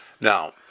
Now